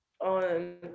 on